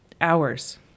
hours